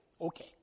Okay